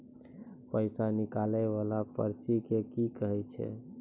पैसा निकाले वाला पर्ची के की कहै छै?